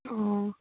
ꯑꯣ